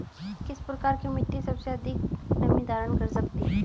किस प्रकार की मिट्टी सबसे अधिक नमी धारण कर सकती है?